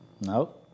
No